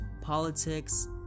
politics